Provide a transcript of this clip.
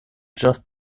just